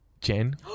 Jen